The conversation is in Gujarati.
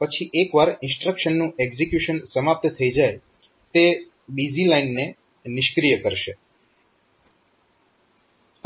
પછી એક વાર ઇન્સ્ટ્રક્શનનું એક્ઝીક્યુશન સમાપ્ત થઈ જાય તે બીઝી લાઇનને નિષ્ક્રિય કરશે